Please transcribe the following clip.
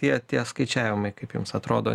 tie tie skaičiavimai kaip jums atrodo